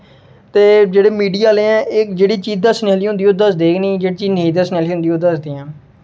ते एह् जेह्ड़े मीडिया आह्ले ऐं एह् जेह्डी चीज़ दस्सने आह्ली होंदी ओह् दसदे गै निं जेह्ड़ी चीज नेईं दस्सने आह्ली होंदी ऐ ओह् दसदे ऐ